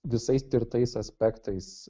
visais tirtais aspektais